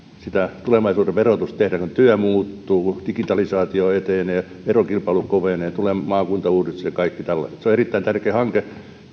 tulevaisuuden verotusta tehdään kun työ muuttuu digitalisaatio etenee verokilpailu kovenee tulee maakuntauudistus ja kaikki tällaiset se on erittäin tärkeä hanke